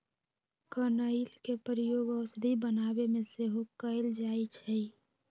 कनइल के प्रयोग औषधि बनाबे में सेहो कएल जाइ छइ